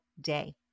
day